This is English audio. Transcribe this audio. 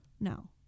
No